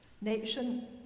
Nation